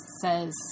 says